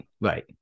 right